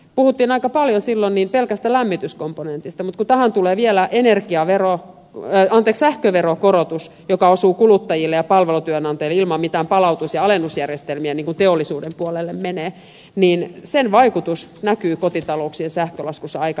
puhuttiin aika paljon silloin pelkästä lämmityskomponentista mutta kun tähän tulee vielä sähköveron korotus joka osuu kuluttajille ja palvelutyönantajille ilman mitään palautus ja alennusjärjestelmiä niin kuin teollisuuden puolelle menee niin sen vaikutus näkyy kotitalouksien sähkölaskussa aika ikävästi